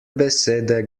besede